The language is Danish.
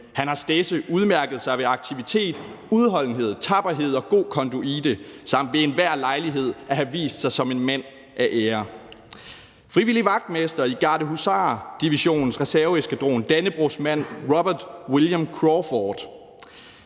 Han har stedse udmærket sig ved aktivitet, udholdenhed, tapperhed og god konduite samt ved enhver lejlighed at have vist sig som en mand af ære. Frivillig vagtmester i gardehusardivisionens reserveeskradron, dannebrogsmand Robert William Crawford.